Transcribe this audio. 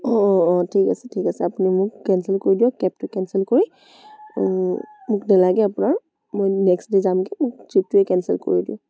অঁ অঁ ঠিক আছে ঠিক আছে আপুনি মোক কেঞ্চেল কৰি দিয়ক কেবটো কেঞ্চেল কৰি মোক নেলাগে আপোনাৰ মই নেক্সট ডে' যামগৈ মোক ট্ৰিপটোৱে কেঞ্চেল কৰি দিয়ক